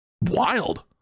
wild